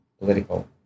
political